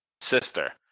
sister